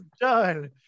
done